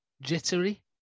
jittery